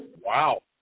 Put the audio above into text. Wow